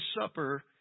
Supper